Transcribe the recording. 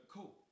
Cool